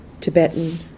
Tibetan